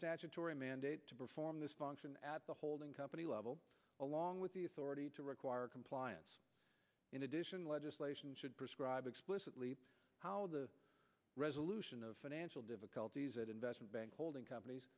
statutory mandate to perform this function at the holding company level along with the authority to require compliance in addition legislation should prescribe explicitly how the resolution of financial difficulties and investment bank holding companies